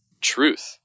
truth